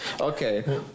Okay